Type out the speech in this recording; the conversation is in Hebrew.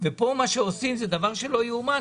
ופה מה שעושים זה דבר שלא יאומן,